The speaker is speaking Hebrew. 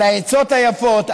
על העצות היפות,